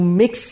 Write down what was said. mix